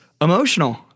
emotional